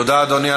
תודה, אדוני.